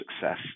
success